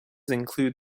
include